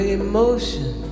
emotion